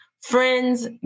Friends